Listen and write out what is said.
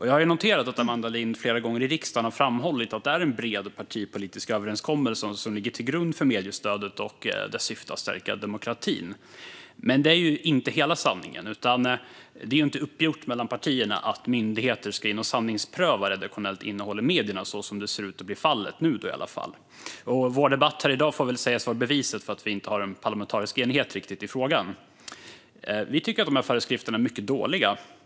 Jag har noterat att Amanda Lind flera gånger i riksdagen har framhållit att det är en bred partipolitisk överenskommelse som ligger till grund för mediestödet och dess syfte att stärka demokratin, men detta är ju inte hela sanningen. Det är inte uppgjort mellan partierna att myndigheter ska in och sanningspröva redaktionellt innehåll i medierna så som i alla fall nu ser ut att bli fallet. Vår debatt här i dag får väl sägas vara beviset för att det inte riktigt råder parlamentarisk enighet i frågan. Vi tycker att de här föreskrifterna är mycket dåliga.